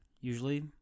usually